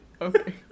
Okay